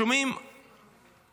אנחנו שומעים